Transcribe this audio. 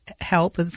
help